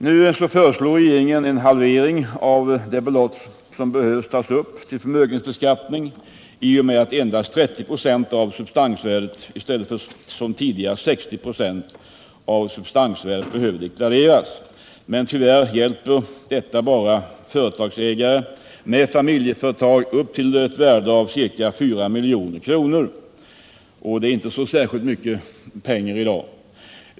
Nu föreslår regeringen en halvering av det belopp som behöver tas upp till förmögenhetsbeskattning i och med att endast 30 26 av substansvärdet, i stället för som tidigare 60 ?6 av substansvärdet, behöver deklareras. Men tyvärr hjälper detta bara företagsägare med familjeföretag upp till ett värde av ca 4 milj.kr. — det är inte särskilt mycket pengar i dag.